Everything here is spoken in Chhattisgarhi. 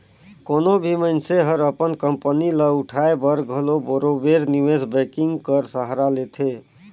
कोनो भी मइनसे हर अपन कंपनी ल उठाए बर घलो बरोबेर निवेस बैंकिंग कर सहारा लेथे